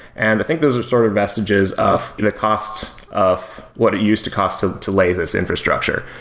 and think those are sort of vestiges of the cost of what it used to cost to to lay this infrastructure.